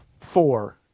four